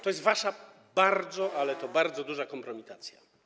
To jest wasza bardzo, ale to bardzo duża kompromitacja.